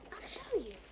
show you.